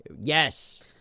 Yes